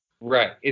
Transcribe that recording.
Right